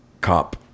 cop